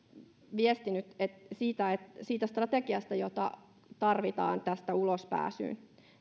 viestinyt siitä siitä strategiasta jota tarvitaan tästä ulospääsyyn